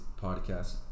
podcast